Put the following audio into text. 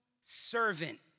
servant